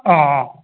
অঁ অঁ